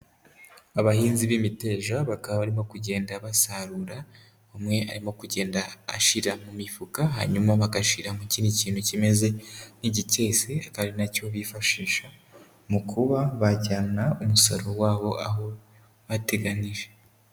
Abahinzi b'imiteja bakaba barimo kugenda basarura, umwe arimo kugenda ashyira mu mifuka hanyuma bagashyira mu kindi kintu kimeze nk'igikesi, akaba ari na cyo bifashisha mu kuba bajyana umusaruro wabo aho bateganije.